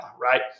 right